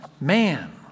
man